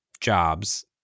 jobs